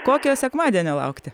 kokio sekmadienio laukti